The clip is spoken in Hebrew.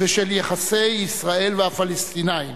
ושל יחסי ישראל והפלסטינים.